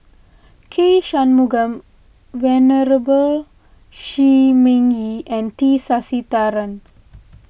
K Shanmugam Venerable Shi Ming Yi and T Sasitharan